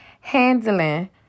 handling